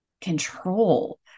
control